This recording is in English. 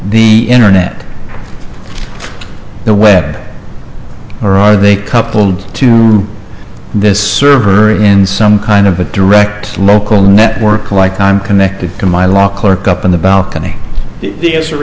the internet the web or are they coupled this server in some kind of a direct local network like i'm connected to my law clerk up on the balcony the answer